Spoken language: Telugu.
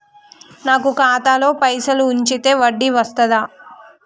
నాకు ఖాతాలో పైసలు ఉంచితే వడ్డీ వస్తదా?